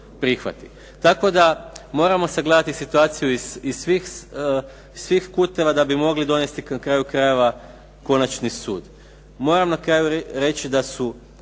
Tako da moramo sagledati situaciju iz svih kutova da bi mogli donijeti na kraju krajeva konačni sud. Moram na kraju reći da ovaj